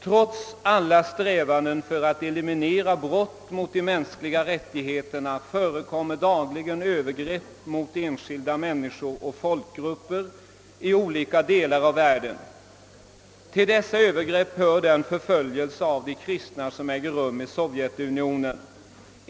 Trots alla strävanden att eliminera brott mot de mänskliga rättigheterna förekommer dagligen övergrepp mot enskilda människor och folkgrupper i olika delar av världen. Till dessa övergrepp hör den förföljelse av de kristna som äger rum i Sovjetunionen.